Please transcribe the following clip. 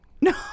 no